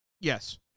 Yes